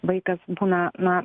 vaikas būna na